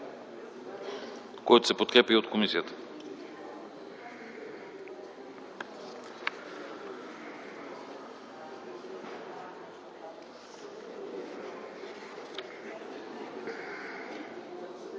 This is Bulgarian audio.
които се подкрепят от комисията.